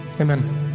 Amen